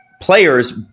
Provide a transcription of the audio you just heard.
players